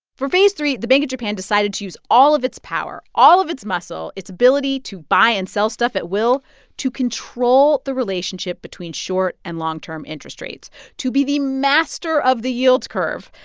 for phase three, the bank of japan decided to use all of its power, all of its muscle its ability to buy and sell stuff at will to control the relationship between short and long-term interest rates to be the master of the yield curve,